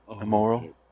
immoral